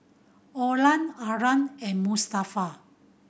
Olan Arlan and Mustafa